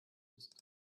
ist